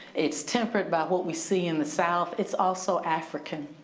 its temperate by what we see in the south. it's also african.